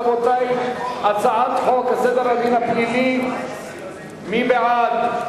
רבותי, הצעת חוק סדר הדין הפלילי, מי בעד?